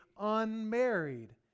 unmarried